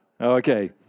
Okay